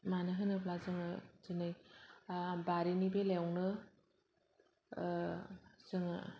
मानो होनोब्ला जोङो दिनै बारिनि बेलायावनो जोङो